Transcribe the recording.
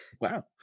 Wow